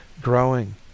growing